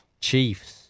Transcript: Chiefs